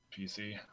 PC